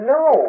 no